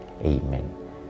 Amen